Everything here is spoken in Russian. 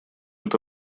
это